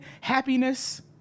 happiness